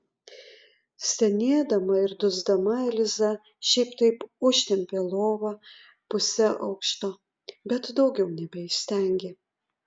stenėdama ir dusdama eliza šiaip taip užtempė lovą pusę aukšto bet daugiau nebeįstengė